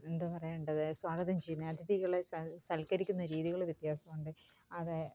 എന്താ പറയേണ്ടത് സ്വാഗതം ചെയ്യുന്നത് അതിഥികളെ സ സത്ക്കരിക്കുന്ന രീതികൾ വ്യത്യാസമുണ്ട് അത്